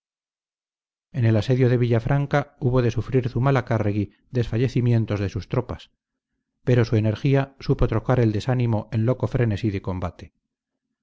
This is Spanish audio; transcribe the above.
en el asedio de villafranca hubo de sufrir zumalacárregui desfallecimientos de sus tropas pero su energía supo trocar el desánimo en loco frenesí de combate